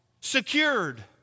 Secured